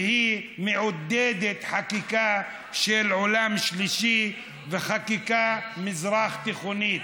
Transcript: והיא מעודדת חקיקה של עולם שלישי וחקיקה מזרח תיכונית.